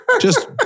Just-